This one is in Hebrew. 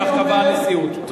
כך קבעה הנשיאות.